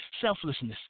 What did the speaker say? selflessness